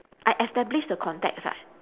I establish the contacts eh